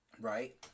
right